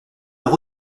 leur